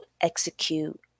execute